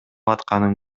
атканын